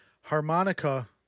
harmonica